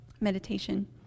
meditation